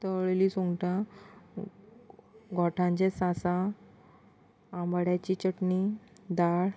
तळ्ळेली सुंगटां घोटांचे सासांव आबाड्याची चटणी दाळ